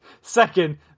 Second